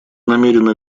намерена